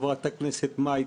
חברת הכנסת מאי,